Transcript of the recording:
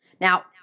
Now